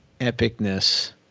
epicness